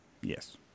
yes